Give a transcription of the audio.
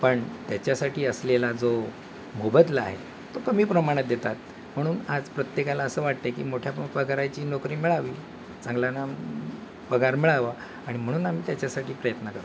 पण त्याच्यासाठी असलेला जो मोबदला आहे तो कमी प्रमाणात देतात म्हणून आज प्रत्येकाला असं वाटतं आहे की मोठ्या पगाराची नोकरी मिळावी चांगला ना पगार मिळावा आणि म्हणून आम्ही त्याच्यासाठी प्रयत्न करतो